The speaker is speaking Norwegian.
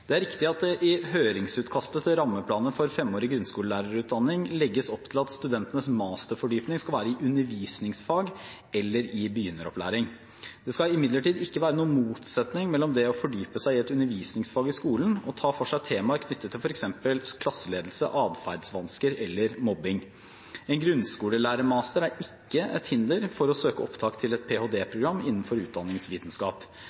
Det er riktig at det i høringsutkastet til rammeplaner for femårig grunnskolelærerutdanning legges opp til at studentenes masterfordypning skal være i undervisningsfag eller i begynneropplæring. Det skal imidlertid ikke være noen motsetning mellom det å fordype seg i et undervisningsfag i skolen og ta for seg temaer knyttet til f.eks. klasseledelse, atferdsvansker eller mobbing. En grunnskolelærermaster er ikke et hinder for å søke opptak til et